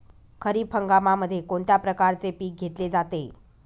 खरीप हंगामामध्ये कोणत्या प्रकारचे पीक घेतले जाते?